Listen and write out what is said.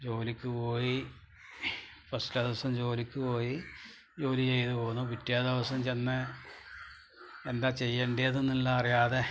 ജോലിക്ക് പോയി ഫസ്റ്റ് ദിവസം ജോലിക്ക് പോയി ജോലി ചെയ്ത് പോന്നു പിറ്റേ ദിവസം ചെന്ന് എന്താ ചെയ്യണ്ടതെന്നുള്ളത് അറിയാതെ